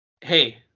hey